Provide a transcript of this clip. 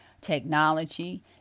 technology